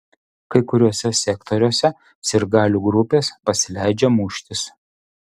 kai kuriuose sektoriuose sirgalių grupės pasileidžia muštis